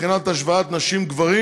מבחינת השוואת נשים וגברים,